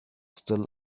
still